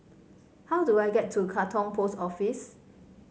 how do I get to Katong Post Office